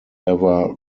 ever